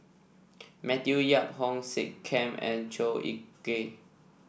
Matthew Yap Hong Sek Chern and Chua Ek Kay